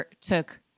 took